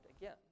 again